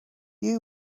you